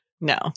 No